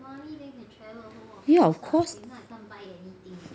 ya of course